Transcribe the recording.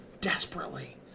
Desperately